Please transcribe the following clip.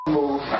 move